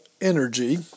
energy